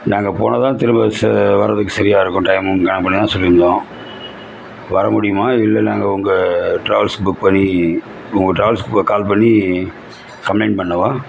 நாங்கள் போனால்தான் திரும்ப ச வரதுக்கு சரியாக இருக்கும் டைம் சொல்லியிருந்தோம் வர முடியுமா இல்லை நாங்கள் உங்கள் ட்ராவல்ஸ்க்கு புக் பண்ணி உங்கள் ட்ராவல்ஸ்க்கு கால் பண்ணி கம்பளைன் பண்ணவா